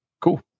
cool